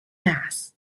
mass